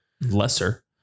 lesser